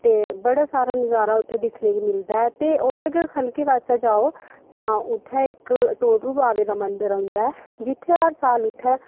ते बड़ा सारा नज़ारा उत्थै दिक्खने गी मिलदा ऐ ते ओह्दी गै ख'लकै पास्सै जाओ तां उत्थें इक्क बावे दा मंदर औंदा ऐ जित्थै हर साल उत्थै